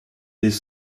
des